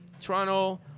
toronto